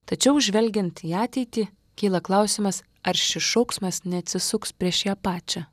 tačiau žvelgiant į ateitį kyla klausimas ar šis šauksmas neatsisuks prieš ją pačią